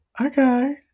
Okay